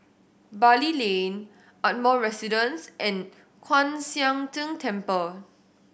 Bali Lane Ardmore Residence and Kwan Siang Tng Temple